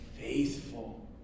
faithful